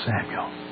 Samuel